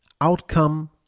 Outcome